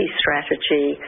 strategy